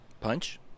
Punch